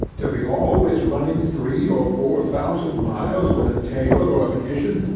to be always running three or four thousand miles with a tale or a petition,